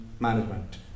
management